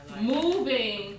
moving